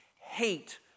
hate